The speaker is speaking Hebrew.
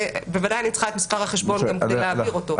שבוודאי אני צריכה את מספר החשבון כדי להעביר אותו.